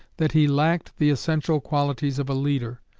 that he lacked the essential qualities of a leader.